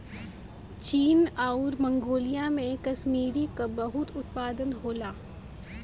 चीन आउर मन्गोलिया में कसमीरी क बहुत उत्पादन होला